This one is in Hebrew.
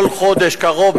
כל חודש קרוב,